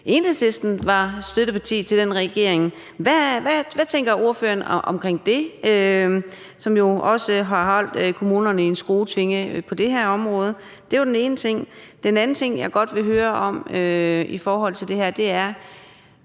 Enhedslisten var støtteparti til den regering. Hvad tænker ordføreren om det? Det har jo også holdt kommunerne i en skruetvinge på det her område. Det var den ene ting. Den anden ting, jeg godt vil høre om i forhold til det her, er: